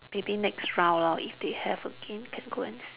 maybe next round lor if they have again can go and see